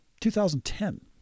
2010